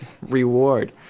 reward